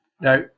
now